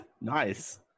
nice